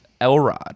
Elrod